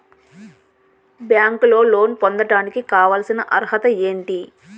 బ్యాంకులో లోన్ పొందడానికి కావాల్సిన అర్హత ఏంటి?